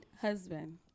husband